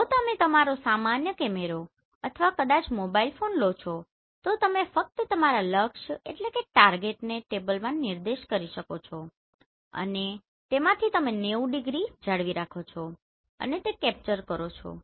જો તમે તમારો સામાન્ય કેમેરો અથવા કદાચ મોબાઇલ ફોન લો છો તો તમે ફક્ત તમારા લક્ષ્યને ટેબલમાં નિર્દેશ કરો છો અને તેમાંથી તમે 90 ડિગ્રી જાળવી રાખો છો અને તે કેપ્ચર કરો છો